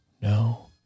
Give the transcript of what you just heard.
no